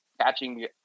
catching